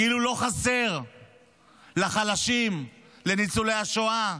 כאילו לא חסר לחלשים, לניצולי השואה,